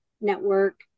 network